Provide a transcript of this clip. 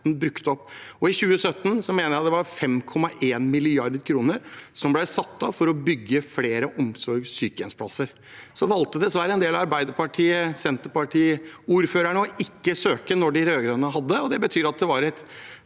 I 2017 mener jeg det var 5,1 mrd. kr som ble satt av for å bygge flere omsorgsog sykehjemsplasser. Så valgte dessverre en del av Arbeiderparti- og Senterparti-ordførerne ikke å søke under de rød-grønne, og det betyr at det var et